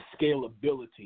scalability